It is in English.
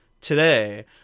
Today